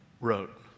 wrote